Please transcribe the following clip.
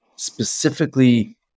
specifically